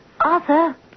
Arthur